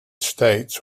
states